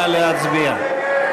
נא להצביע.